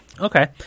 Okay